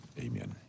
Amen